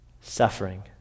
suffering